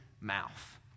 mouth